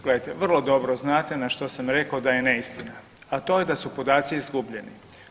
Gledajte, vrlo dobro znate na što sam rekao da je neistina, a to je da su podaci izgubljeni.